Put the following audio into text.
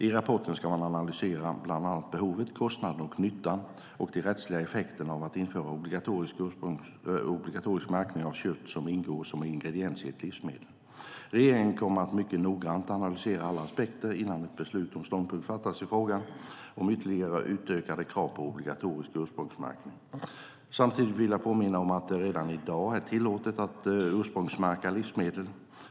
I rapporten ska man analysera bland annat behovet, kostnaden, nyttan och de rättsliga effekterna av att införa obligatorisk märkning av kött som ingår som ingrediens i ett livsmedel. Regeringen kommer att mycket noggrant analysera alla aspekter innan ett beslut om ståndpunkt fattas i frågan om ytterligare utökade krav på obligatorisk ursprungsmärkning. Samtidigt vill jag påminna om att det redan i dag är tillåtet att ursprungsmärka livsmedel.